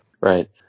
Right